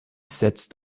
setzt